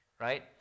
Right